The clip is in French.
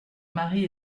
mari